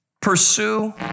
Pursue